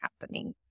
happening